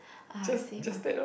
ah save one